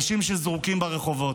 אנשים שזרוקים ברחובות,